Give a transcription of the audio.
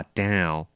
down